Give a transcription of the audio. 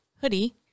hoodie